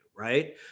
Right